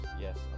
Yes